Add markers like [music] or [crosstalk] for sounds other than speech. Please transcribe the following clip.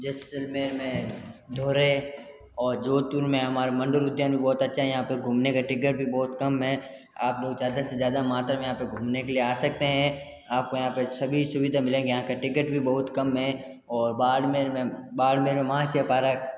जैसलमेर में [unintelligible] और जोधपुर में हमारे मंडल उद्यान भी बहुत अच्छा यहाँ पर घूमने का टिकट भी बहुत कम है आप बहुत ज़्यादा से ज़्यादा मात्रा में यहाँ पर घूमने के लिए आ सकते हैं आप को यहाँ पर सभी सुविधा मिलेगी यहाँ का टिकट भी बहुत कम है और बाड़मेर में बाड़मेर में [unintelligible] पारक